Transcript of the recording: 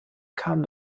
kam